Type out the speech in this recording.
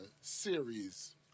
Series